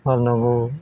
फान्नांगौ